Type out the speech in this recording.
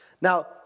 Now